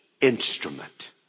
instrument